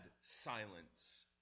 silence